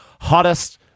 hottest